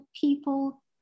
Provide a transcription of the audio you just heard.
people